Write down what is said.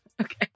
Okay